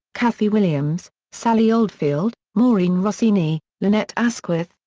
kathy williams, sally oldfield, maureen rossini, lynette asquith,